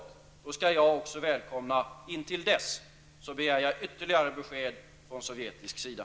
Ett sådant sovjetiskt besked kommer också jag att välkomna. Intill dess begär jag ytterligare besked från sovjetisk sida.